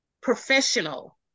professional